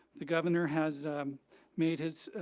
the governor has made his,